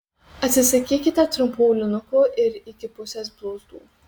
atsisakykite trumpų aulinukų ir iki pusės blauzdų